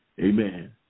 Amen